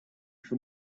for